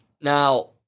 Now